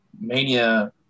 Mania